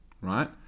Right